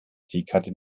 seekarte